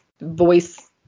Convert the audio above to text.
voice